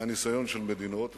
מהניסיון של מדינות.